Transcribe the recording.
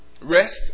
Rest